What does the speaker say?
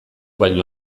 baino